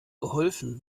geholfen